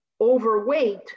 Overweight